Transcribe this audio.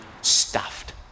stuffed